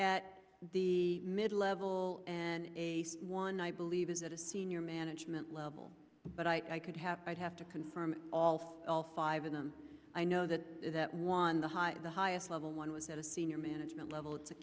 at the mid level and a one night believe is it a senior management level but i could have i'd have to confirm all for all five of them i know that that one the high the highest level one was at a senior management level it's a